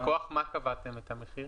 מכוח מה קבעתם את המחיר?